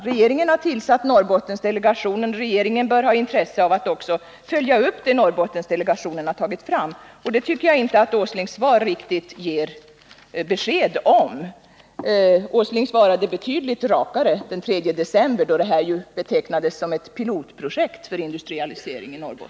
Regeringen har tillsatt Norrbottendelegationen. Regeringen bör ha intresse av att också följa upp det som Norrbottendelegationen har tagit fram, och det tycker jag inte att Nils Åslings svar riktigt ger besked om. Nils Åsling svarade betydligt rakare den 3 december förra året, då det här ju betecknades som ett pilotprojekt för industrialisering i Norrbotten.